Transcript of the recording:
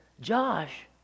Josh